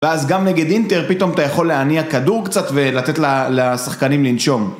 ואז גם נגד אינטר, פתאום אתה יכול להניע כדור קצת ולתת לשחקנים לנשום.